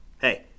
hey